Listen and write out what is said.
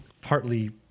partly